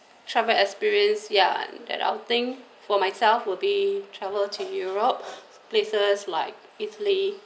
travel experience ya that outing for myself will be travel to europe places like italy